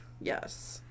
Yes